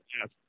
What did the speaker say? yes